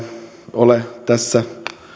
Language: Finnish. ole tässä